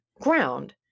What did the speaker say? ground